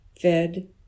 fed